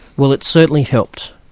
well it certainly helped.